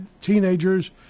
teenagers